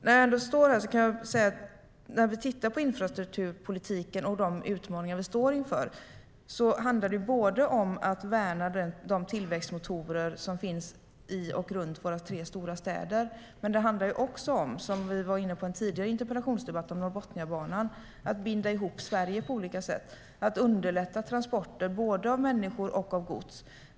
När jag ändå står här kan jag säga att när vi tittar på infrastrukturpolitiken och de utmaningar vi står inför handlar det både om att värna de tillväxtmotorer som finns i och runt våra tre stora städer och, som vi var inne på i en tidigare interpellationsdebatt om Norrbotniabanan, om att binda ihop Sverige på olika sätt genom att underlätta transporter både av människor och av gods.